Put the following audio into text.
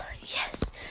yes